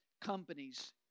companies